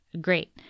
Great